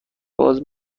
باز